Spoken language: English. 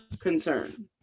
concern